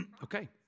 Okay